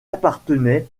appartenait